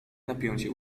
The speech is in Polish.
napięcie